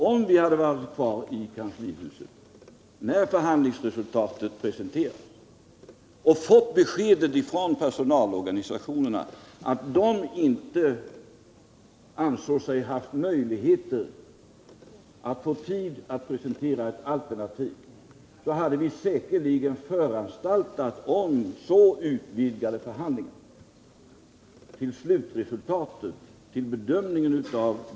Om vi varit kvar i kanslihuset när förhandlingsresultatet presenterades och fått besked från personalorganisationerna om att de inte ansåg sig ha möjlighet att framlägga ett alternativt förslag, hade vi säkerligen föranstaltat om utvidgade förhandlingar.